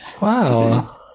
wow